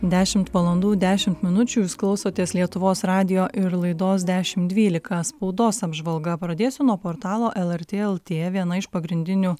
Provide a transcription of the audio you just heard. dešimt valandų dešimt minučių jūs klausotės lietuvos radijo ir laidos dešim dvylika spaudos apžvalga pradėsiu nuo portalo lrt lt viena iš pagrindinių